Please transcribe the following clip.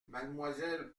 mademoiselle